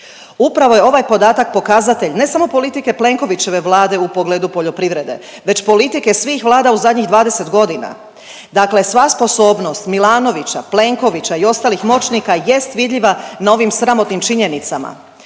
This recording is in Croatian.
Upravo je ovaj podatak pokazatelj ne samo politike Plenkovićeve Vlade u pogledu poljoprivrede već politike svih Vlada u zadnjih 20 godina. Dakle, sva sposobnost Milanovića, Plenkovića i ostalih moćnika jest vidljiva na ovim sramotnim činjenicama.